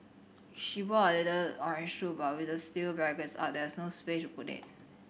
she brought a little orange stool but with the steel barricades up there was no space to put it